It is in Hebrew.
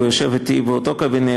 הוא יושב אתי באותו קבינט.